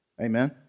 Amen